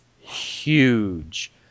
huge